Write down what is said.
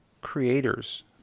creators